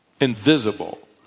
invisible